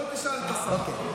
בוא תשאל את השר.